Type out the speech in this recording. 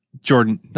Jordan